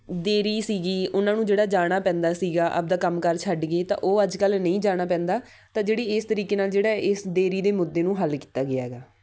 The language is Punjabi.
ਦੇਰੀ ਸੀਗੀ ਉਹਨਾਂ ਨੂੰ ਜਿਹੜਾ ਜਾਣਾ ਪੈਂਦਾ ਸੀਗਾ ਆਪਦਾ ਕੰਮ ਕਾਰ ਛੱਡ ਕੇ ਤਾਂ ਉਹ ਅੱਜ ਕੱਲ੍ਹ ਨਹੀਂ ਜਾਣਾ ਪੈਂਦਾ ਤਾਂ ਜਿਹੜੀ ਇਸ ਤਰੀਕੇ ਨਾਲ ਜਿਹੜਾ ਇਸ ਦੇਰੀ ਦੇ ਮੁੱਦੇ ਨੂੰ ਹੱਲ ਕੀਤਾ ਗਿਆ ਹੈਗਾ